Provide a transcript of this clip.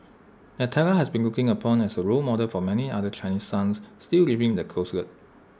Natalia has been looked upon as A role model for many other Chinese sons still living in the closet